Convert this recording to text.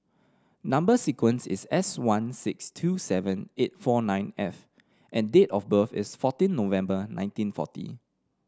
number sequence is S one six two seven eight four nine F and date of birth is fourteen November nineteen forty